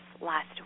last